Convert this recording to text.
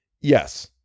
Yes